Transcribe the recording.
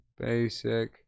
Basic